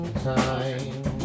time